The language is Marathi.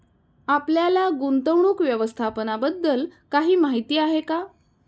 आपल्याला गुंतवणूक व्यवस्थापनाबद्दल काही माहिती आहे का?